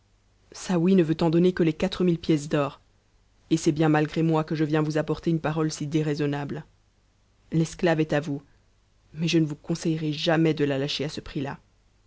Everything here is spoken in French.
saouy ne veut en donner que les quatre mille pièces d'or et c'est bien malgré moi que je viens vous apporter une parole si déraisonnable l'esclave est à vous mais je ne vous conseillerai jamais de la lâcher à ce prix-là